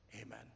amen